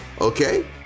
okay